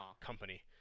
company